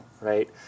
right